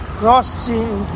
crossing